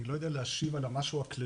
אני לא יודע להשיב על משהו הכללי,